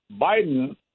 Biden